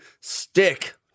Stick